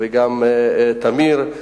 וגם לטמיר,